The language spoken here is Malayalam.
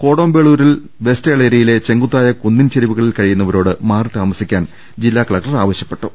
കോടോം ബളൂരിൽ വെസ്റ്റ് എളേരിയിലെ ചെങ്കുത്തായ കുന്നിൻ ചെരിവുകളിൽ കഴിയുന്നവരോട് മാറിതാമസിക്കാൻ ജില്ലാ കലക്ടർ ആവ ശൃപ്പെട്ടു